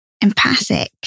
empathic